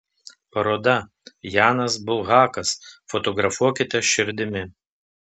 paroda janas bulhakas fotografuokite širdimi